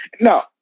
no